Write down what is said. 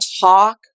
talk